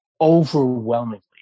overwhelmingly